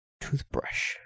toothbrush